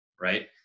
right